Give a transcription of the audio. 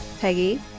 Peggy